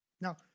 Now